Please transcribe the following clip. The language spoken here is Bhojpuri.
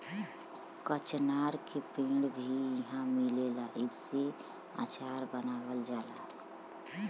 कचनार के पेड़ भी इहाँ मिलेला एसे अचार बनावल जाला